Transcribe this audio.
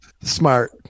Smart